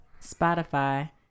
Spotify